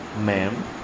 ma'am